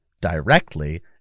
directly